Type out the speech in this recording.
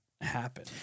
happen